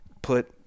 put